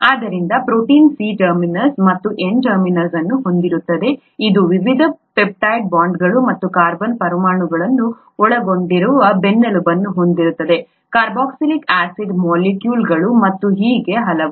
ಆದ್ದರಿಂದ protein C terminus ಮತ್ತು N terminus ಅನ್ನು ಹೊಂದಿರುತ್ತದೆ ಇದು ವಿವಿಧ ಪೆಪ್ಟೈಡ್ ಬಾಂಡ್ಗಳು ಮತ್ತು ಕಾರ್ಬನ್ ಪರಮಾಣುಗಳನ್ನು ಒಳಗೊಂಡಿರುವ ಬೆನ್ನೆಲುಬನ್ನು ಹೊಂದಿರುತ್ತದೆ ಕಾರ್ಬಾಕ್ಸಿಲಿಕ್ ಆಸಿಡ್ ಮಾಲಿಕ್ಯೂಲ್ಗಳು ಮತ್ತು ಹೀಗೆ ಹಲವು